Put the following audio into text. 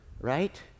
right